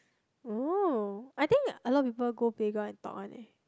oh I think a lot of people go playground and talk one leh